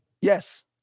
yes